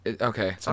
Okay